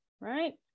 right